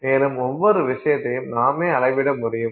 மேலும் ஒவ்வொரு விஷயத்தையும் நாமே அளவிட முடியும்